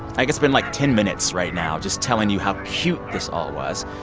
i could spend, like, ten minutes right now just telling you how cute this all was.